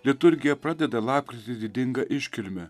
liturgija pradeda lapkritį didinga iškilme